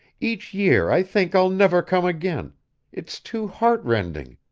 each year i think i'll never come again it's too heart-rending.